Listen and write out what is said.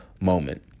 moment